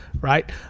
right